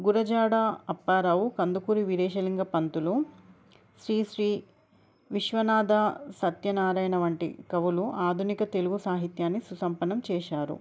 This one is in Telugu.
గురజాడ అప్పారావు కందుకూరి విరేశలింగ పంతులు శ్రీశ్రీ విశ్వనాథ సత్యనారాయణ వంటి కవులు ఆధునిక తెలుగు సాహిత్యాన్ని సుసంపన్నం చేశారు